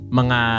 mga